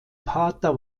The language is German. pater